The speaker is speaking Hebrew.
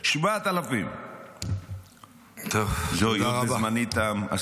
7,000. זמני תם.